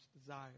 desire